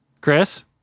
Chris